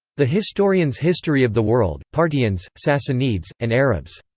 the historians' history of the world parthians, sassanids, and arabs.